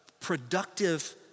productive